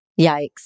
Yikes